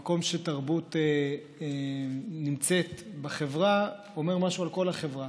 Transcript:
המקום שתרבות נמצאת בחברה אומר משהו על כל החברה,